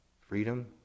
freedom